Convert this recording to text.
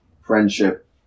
friendship